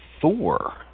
Thor